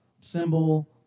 symbol